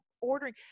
ordering